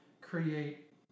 create